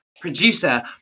producer